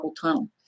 tunnel